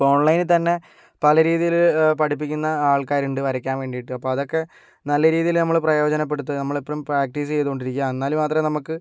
ഇപ്പോൾ ഓൺലൈൻ തന്നെ പല രീതിയിൽ പഠിപ്പിക്കുന്ന ആൾക്കാറുണ്ട് വരയ്ക്കാൻ വേണ്ടിട്ട് അപ്പം അതൊക്കെ നല്ല രീതിയിൽ നമ്മള് പ്രയോജനപെടുത്തുക നമ്മള് എപ്പഴും പ്രാക്ടീസ് ചെയ്തോണ്ടിരിക്കുക എന്നാൽ മാത്രമേ നമുക്ക്